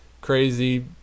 crazy